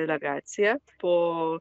delegaciją po